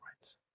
Rights